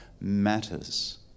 matters